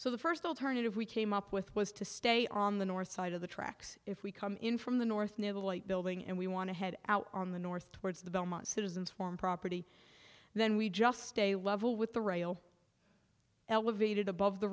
so the first alternative we came up with was to stay on the north side of the tracks if we come in from the north near the light building and we want to head out on the north towards the belmont citizens form property and then we just stay level with the rail elevated above the